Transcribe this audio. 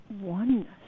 oneness